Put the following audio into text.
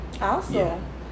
Awesome